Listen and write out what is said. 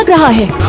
ahead,